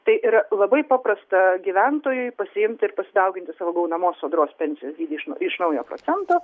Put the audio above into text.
tai yra labai paprasta gyventojui pasiimti ir pasidauginti savo gaunamos sodros pensijos dydį iš n iš naujo procento